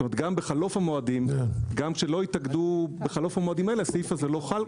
כלומר גם כשלא יתאגדו בחלוף המועדים האלה - הסעיף הזה לא חל.